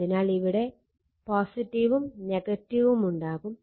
അതിനാൽ ഇവിടെ ഉം ഉം ഉണ്ടാവും